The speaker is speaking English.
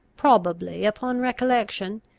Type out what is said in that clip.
probably, upon recollection,